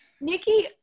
Nikki